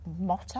motto